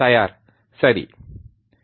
தயார் சரி அமைதி